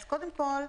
קודם כל,